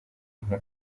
bintu